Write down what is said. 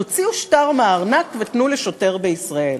תוציאו שטר מהארנק ותנו לשוטר בישראל,